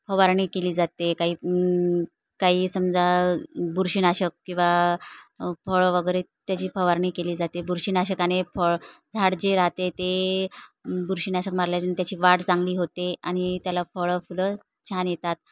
फवारणी केली जाते काही काही समजा बुरशीनाशक किंवा फळं वगैरे त्याची फवारणी केली जाते बुरशीनाशकाने फळ झाड जे राहते ते बुरशीनाशक मारल्याने त्याची वाढ चांगली होते आणि त्याला फळं फुलं छान येतात